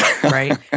Right